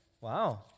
Wow